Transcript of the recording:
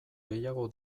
gehiago